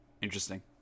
Interesting